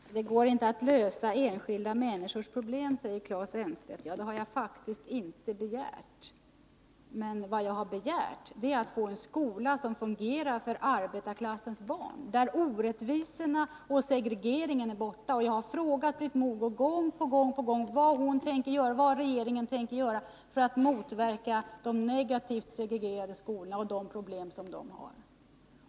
Fru talman! ”Det går inte att lösa enskilda människors problem”, säger Claes Elmstedt. Det har jag faktiskt inte begärt. Men vad jag har begärt är att få en skola som fungerar så att orättvisorna för arbetarklassens barn och segregeringen är borta. Jag har gång på gång frågat Britt Mogård vad hon tänker göra och vad regeringen tänker göra för att motverka de negativt segregerade skolorna och för att lösa de problem som dessa har.